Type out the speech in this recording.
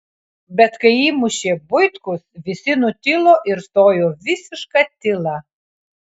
bet kai įmušė buitkus visi nutilo ir stojo visiška tyla